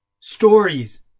stories